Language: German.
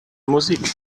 musik